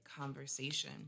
conversation